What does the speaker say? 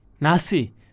nasi